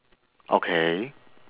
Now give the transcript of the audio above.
okay